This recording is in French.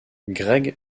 greg